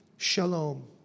Shalom